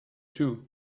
too